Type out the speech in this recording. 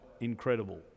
incredible